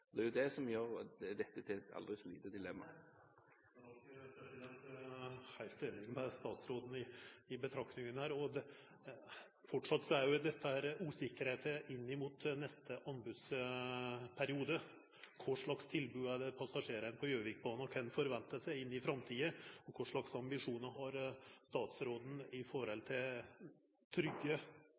Det er jo det som gjør dette til et aldri så lite dilemma. Eg er heilt einig med statsråden i betraktningane her. Det er framleis denne usikkerheita inn imot neste anbodsperiode – kva slags tilbod er det passasjerane på Gjøvikbana kan venta seg i framtida, og kva slags ambisjonar har statsråden